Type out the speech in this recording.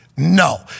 No